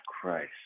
christ